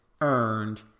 earned